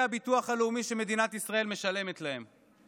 הביטוח הלאומי שמדינת ישראל משלמת להם.